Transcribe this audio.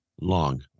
Long